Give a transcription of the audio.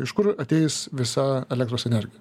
iš kur ateis visa elektros energija